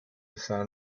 sat